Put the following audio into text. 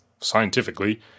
scientifically